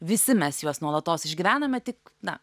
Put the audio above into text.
visi mes juos nuolatos išgyvename tik na